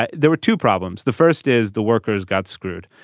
ah there were two problems. the first is the workers got screwed.